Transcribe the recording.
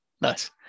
Nice